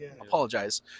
apologize